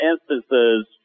instances